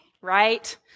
right